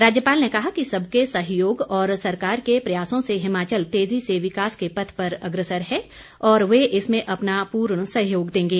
राज्यपाल ने कहा कि सबके सहयोग और सरकार के प्रयासों से हिमाचल तेजी से विकास के पथ पर अग्रसर है और वह इसमें अपना पूर्ण सहयोग देंगे